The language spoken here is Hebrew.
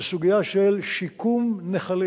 לסוגיה של שיקום נחלים,